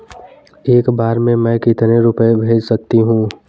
एक बार में मैं कितने रुपये भेज सकती हूँ?